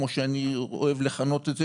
כמו שאני אוהב לכנות את זה